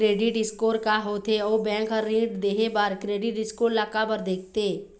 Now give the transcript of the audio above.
Credit score का होथे अउ बैंक हर ऋण देहे बार क्रेडिट स्कोर ला काबर देखते?